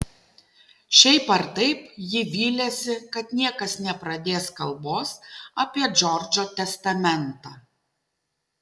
šiaip ar taip ji vylėsi kad niekas nepradės kalbos apie džordžo testamentą